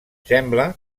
sembla